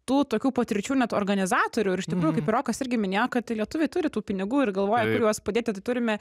tų tokių patirčių net organizatorių ir iš tikrųjų kaip ir rokas irgi minėjo kad lietuviai turi tų pinigų ir galvoja kur juos padėti tai turime